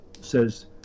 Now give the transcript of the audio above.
says